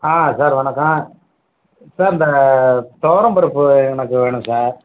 ஆ sir வணக்கம் sir இந்த துவரம் பருப்பு எனக்கு வேணும் சார்